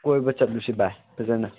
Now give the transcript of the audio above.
ꯀꯣꯏꯕ ꯆꯠꯂꯨꯁꯤ ꯕꯥꯏ ꯐꯖꯅ